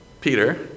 Peter